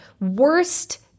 Worst